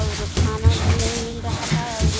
और खाना भी नहीं मिल रहा था और